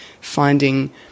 finding